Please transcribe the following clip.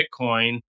Bitcoin